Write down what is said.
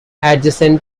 adjacent